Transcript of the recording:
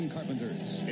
Carpenter's